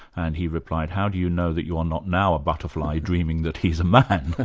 and he replied, how do you know that you're not now a butterfly dreaming that he's a man? ah